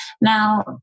Now